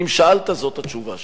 אם שאלת, זאת התשובה שלי.